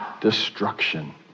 destruction